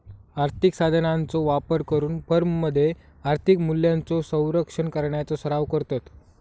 आर्थिक साधनांचो वापर करून फर्ममध्ये आर्थिक मूल्यांचो संरक्षण करण्याचो सराव करतत